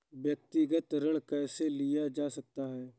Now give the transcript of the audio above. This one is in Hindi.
व्यक्तिगत ऋण कैसे लिया जा सकता है?